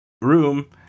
room